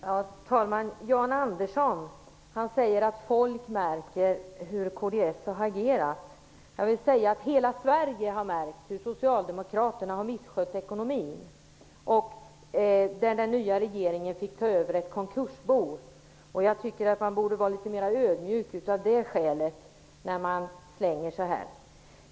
Fru talman! Jan Andersson säger att folk märker hur kds har agerat. Jag vill säga att hela Sverige har märkt hur Socialdemokraterna har misskött ekonomin. Den nya regeringen fick ta över ett konkursbo. Av det skälet borde man vara litet mera ödmjuk, i stället för att slänga ur sig sådana här påståenden.